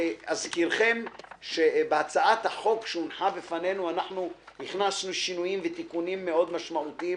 אזכירכם שבהצעת החוק שהונחה בפנינו הכנסנו שינויים ותיקונים משמעותיים